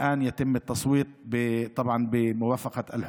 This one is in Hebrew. עכשיו תהיה הצבעה על